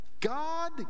God